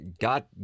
got